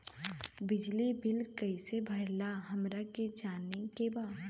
बिजली बिल कईसे भराला हमरा के जाने के बा?